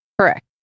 Correct